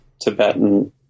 Tibetan